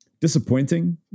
disappointing